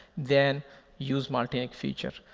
then use multi-nic feature.